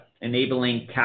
enabling